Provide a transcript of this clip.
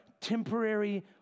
temporary